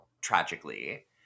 tragically